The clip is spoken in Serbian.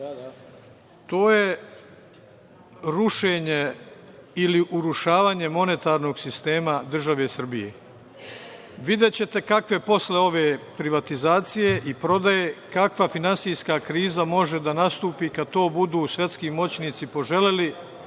To je rušenje ili urušavanje monetarnog sistema države Srbije. Videćete kakve posle ove privatizacije, prodaje, kakva finansijska kriza može da nastupi kada to budu svetski moćnici poželeli,